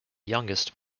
youngest